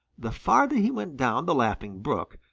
the farther he went down the laughing brook,